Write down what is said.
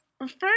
first